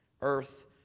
earth